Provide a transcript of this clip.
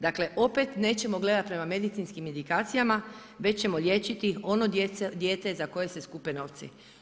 Dakle, opet nećemo gledati prema medicinskim indikacijama već ćemo liječiti ono dijete za koje se skupe novci.